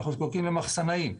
למחסנאים,